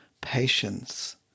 Patience